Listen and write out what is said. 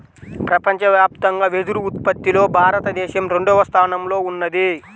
ప్రపంచవ్యాప్తంగా వెదురు ఉత్పత్తిలో భారతదేశం రెండవ స్థానంలో ఉన్నది